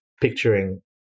picturing